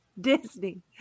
Disney